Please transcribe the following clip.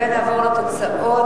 ונעבור לתוצאות,